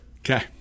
Okay